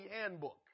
handbook